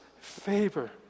favor